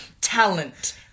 talent